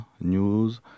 news